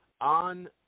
on